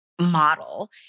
model